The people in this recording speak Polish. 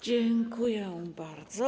Dziękuję bardzo.